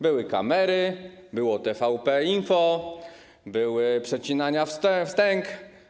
Były kamery, było TVP Info, były przecinania wstęg.